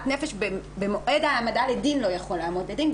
נפש במועד ההעמדה לדין לא יכול לעמוד לדין,